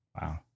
Wow